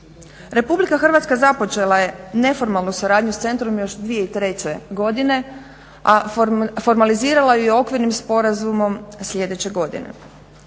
Republika Hrvatska započela je neformalnu suradnju s centrom još 2003. godine, a formalizirala ju je okvirnim sporazumom sljedeće godine.